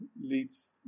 leads